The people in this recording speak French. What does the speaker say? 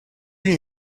n’y